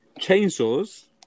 chainsaws